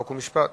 חוק ומשפט.